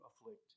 afflict